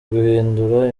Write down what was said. guhindura